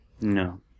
No